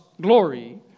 glory